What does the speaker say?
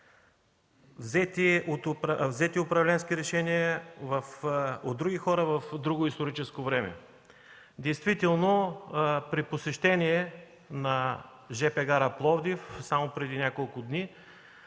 взети управленски решения от други хора в друго историческо време. Действително при посещение на жп гара Пловдив само преди няколко дни